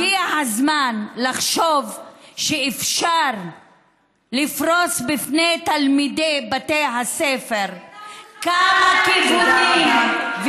הגיע הזמן לחשוב שאפשר לפרוס בפני תלמידי בתי הספר כמה כיוונים,